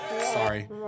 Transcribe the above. Sorry